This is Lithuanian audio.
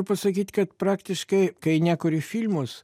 pasakyt kad praktiškai kai nekuri filmus